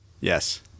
yes